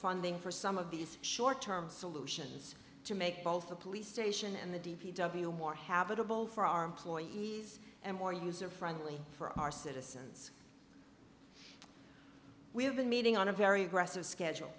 funding for some of these short term solutions to make both the police station and the d p w more habitable for our employees and more user friendly for our citizens we have been meeting on a very aggressive schedule